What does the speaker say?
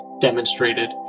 demonstrated